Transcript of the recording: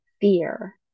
fear